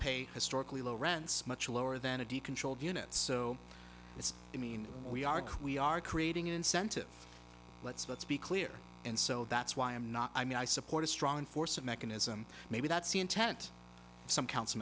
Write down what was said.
pay historically low rents much lower than a de controlled unit so it's to mean we are we are creating incentives let's let's be clear and so that's why i'm not i mean i support a strong force of mechanism maybe that's the intent some council